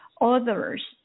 others